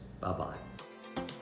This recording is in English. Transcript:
Bye-bye